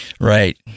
Right